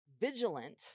vigilant